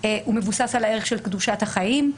הוא מבוסס על הערך של קדושת החיים,